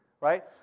right